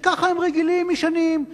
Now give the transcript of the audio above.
שככה הם רגילים משנים,